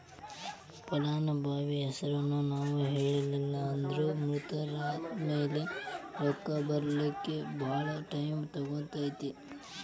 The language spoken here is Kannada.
ಫಲಾನುಭವಿ ಹೆಸರನ್ನ ನಾವು ಹೇಳಿಲ್ಲನ್ದ್ರ ಮೃತರಾದ್ಮ್ಯಾಲೆ ರೊಕ್ಕ ಬರ್ಲಿಕ್ಕೆ ಭಾಳ್ ಟೈಮ್ ತಗೊತೇತಿ